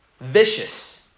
Vicious